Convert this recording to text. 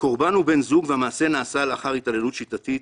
"בקורבן הוא בן זוג והמעשה נעשה לאחר התעללות שיטתית